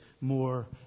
more